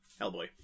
Hellboy